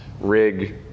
rig